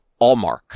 Allmark